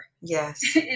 Yes